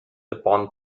upon